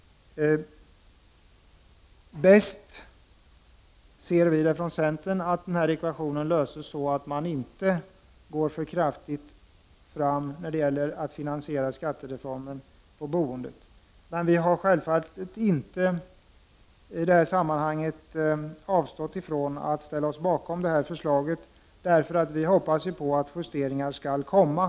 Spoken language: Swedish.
Vi från centerpartiet anser att den här ekvationen bäst löses genom att man inte går för kraftigt fram när det gäller att finansiera skattereformen på boendet. Men vi har i det här sammanhanget självfallet inte avstått från att ställa oss bakom detta förslag, eftersom vi hoppas på att justeringar skall komma.